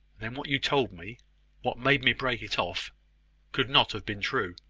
then what you told me what made me break it off could not have been true.